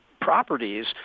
properties